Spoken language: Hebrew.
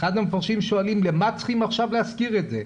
אחד המפרשים שואלים 'למה צריכים עכשיו להזכיר את זה',